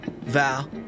Val